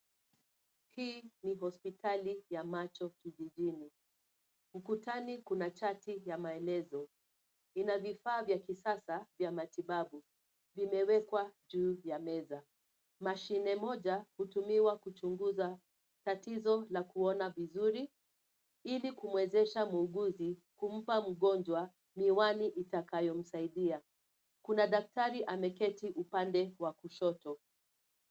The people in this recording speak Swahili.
Hii ni hosipitali ya macho kijijini. Ukutani kuna chati ya maelezo. Ina vifaa vya kisasa vya matibabu. Vimewekwa juu ya meza. Mashine moja hutumiwa kuchunguza tatizo la kuona vizuri ili kumwezesha muuguzi kumpa mgonjwa miwani itakayomsaidia. Kuna daktari ameketi upande wa kushoto.